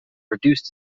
reduced